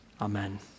Amen